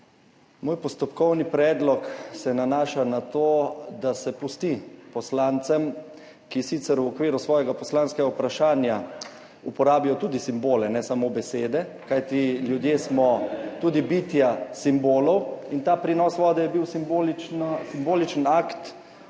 Moj postopkovni predlog se nanaša na to, da se pusti poslancem, da sicer v okviru svojega poslanskega vprašanja uporabijo tudi simbole, ne samo besede, kajti ljudje smo tudi bitja simbolov. Ta prinos vode je bil simboličen akt,